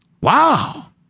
Wow